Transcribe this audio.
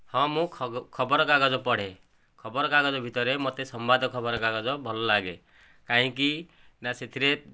ହଁ ମୁଁ ଖବର କାଗଜ ପଢ଼େ ଖବର କାଗଜ ଭିତରେ ମୋତେ ସମ୍ବାଦ ଖବର କାଗଜ ଭଲ ଲାଗେ କାହିଁକିନା ସେଥିରେ